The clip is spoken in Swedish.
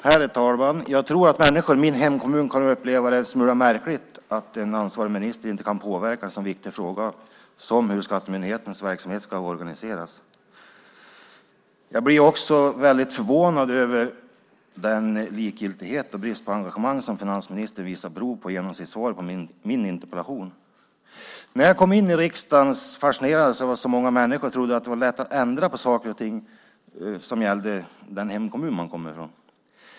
Herr talman! Jag tror att människor i min hemkommun kommer att uppleva det som en smula märkligt att ansvarig minister inte kan påverka i en så viktig fråga som den om hur skattemyndighetens verksamhet ska organiseras. Vidare blir jag väldigt förvånad över den likgiltighet och den brist på engagemang som finansministern genom sitt svar på min interpellation visar prov på. När jag kom in i riksdagen fascinerades jag av att så många människor trodde att det var lätt att ändra på saker och ting som gällde den kommun man kom från.